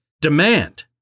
demand